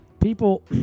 People